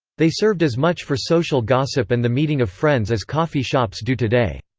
they served as much for social gossip and the meeting of friends as coffee shops do today.